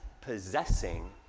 possessing